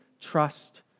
trust